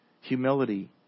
humility